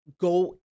go